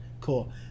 Cool